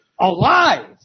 alive